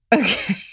Okay